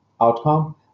outcome